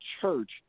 church